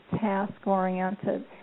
task-oriented